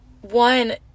one